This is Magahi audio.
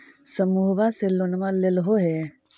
समुहवा से लोनवा लेलहो हे?